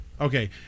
Okay